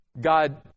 God